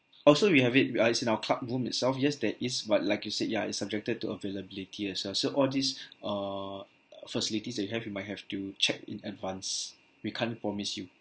also we have it ah is in our club room itself yes there is but like you said ya is subjected to availability as well so all these err facilities that you have you might have to check in advance we can't promise you